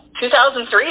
2003